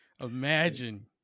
imagine